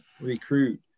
recruit